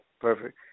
perfect